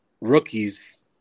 rookies